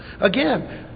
Again